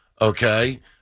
okay